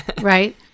right